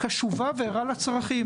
קשובה וערה לצרכים.